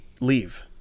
leave